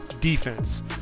defense